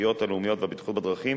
התשתיות הלאומיות והבטיחות בדרכים,